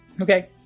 Okay